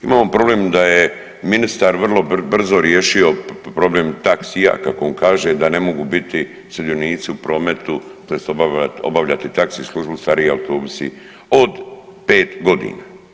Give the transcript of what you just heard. Imamo problem da je ministar vrlo brzo riješio problem taksija kako on kaže, da ne mogu biti sudionici u prometu, tj. obavljati taxi službu stariji autobusi od 5 godina.